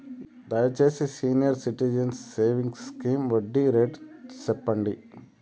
దయచేసి senior citizens savings scheme వడ్డీ rate సెప్పండి